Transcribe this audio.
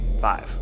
five